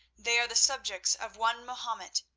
they are the subjects of one mahomet,